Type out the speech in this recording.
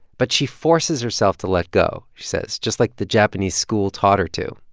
but she forces herself to let go, she says, just like the japanese school taught her to.